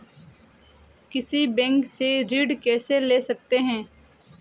किसी बैंक से ऋण कैसे ले सकते हैं?